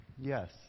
yes